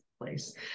place